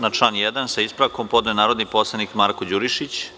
Na član 1. amandman, sa ispravkom, podneo je narodni poslanik Marko Đurišić.